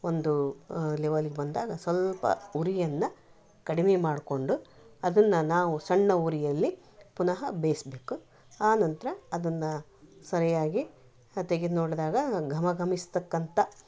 ಒಂದು ಲೆವಲಿಗೆ ಬಂದಾಗ ಸ್ವಲ್ಪ ಉರಿಯನ್ನ ಕಡಿಮೆ ಮಾಡ್ಕೊಂಡು ಅದನ್ನ ನಾವು ಸಣ್ಣ ಉರಿಯಲ್ಲಿ ಪುನಃ ಬೇಯಿಸ್ಬೇಕು ಆನಂತರ ಅದನ್ನ ಸರಿಯಾಗಿ ತೆಗೆದು ನೋಡಿದಾಗ ಘಮ ಘಮಿಸ್ತಕ್ಕಂಥ